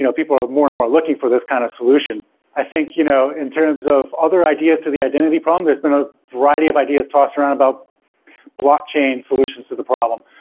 you know people are more and more looking for this kind of solution i think you know in terms of other ideas to the identity problem, there's been a variety of ideas tossed around about blockchain solutions to the problem.